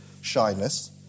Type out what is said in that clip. shyness